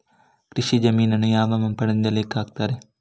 ಕೃಷಿ ಜಮೀನನ್ನು ಯಾವ ಮಾಪನದಿಂದ ಲೆಕ್ಕ ಹಾಕ್ತರೆ?